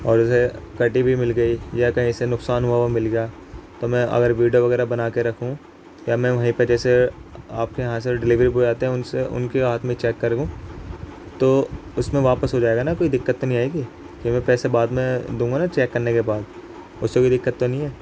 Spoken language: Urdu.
اور جیسے کٹی ہوئی مل گئی یا کہیں سے نقصان ہوا ہوا مل گیا تو میں اگر ویڈیو وغیرہ بنا کے رکھوں یا میں وہیں پہ جیسے آپ کے یہاں سے ڈلیوری بوائے آتے ہیں ان سے ان کے ہاتھ میں چیک کروں تو اس میں واپس ہو جائے گا نا کوئی دقت تو نہیں آئے گی کیوںکہ پیسے بعد میں دوں گا نا چیک کرنے کے بعد اس سے کوئی دقت تو نہیں ہے